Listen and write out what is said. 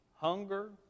hunger